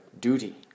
duty